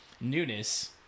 newness